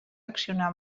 accionar